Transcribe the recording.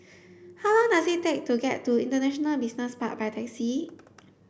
how long does it take to get to International Business Park by taxi